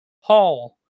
hall